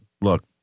look